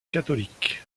catholique